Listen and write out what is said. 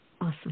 Awesome